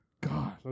God